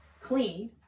clean